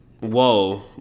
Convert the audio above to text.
Whoa